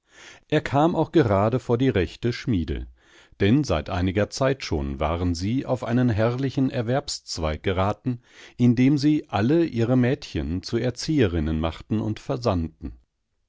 er kam auch gerade vor die rechte schmiede denn seit einiger zeit schon waren sie auf einen herrlichen erwerbszweig geraten indem sie alle ihre mädchen zu erzieherinnen machten und versandten